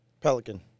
Pelican